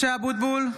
(קוראת בשמות חברי הכנסת) משה אבוטבול,